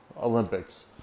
Olympics